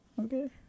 Okay